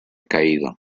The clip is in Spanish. caído